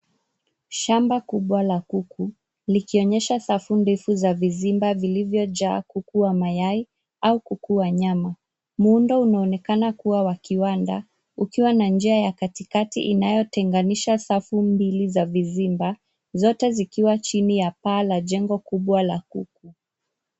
Shamba kubwa la kuku likonyesha safu ndefu za vizimba vilivyojaa kuku wa mayai au kuku wa nyama muundo unaonaekana kua wa kiwanda ukiwa na njia ya kati kati inayotenganisha safu mbili za vizimba zote zikiwa chini ya paa ya jengo kubwa la kuku.